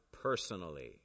personally